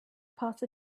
part